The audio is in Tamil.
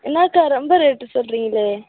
என்னக்கா ரொம்ப ரேட்டு சொல்லுறிங்களே